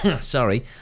Sorry